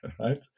right